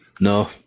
No